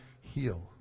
heal